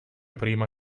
prima